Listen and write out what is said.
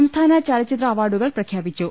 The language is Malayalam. സംസ്ഥാന്യ ചലചിത്ര അവാർഡുകൾ പ്രഖ്യാപിച്ചു